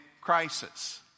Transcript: crisis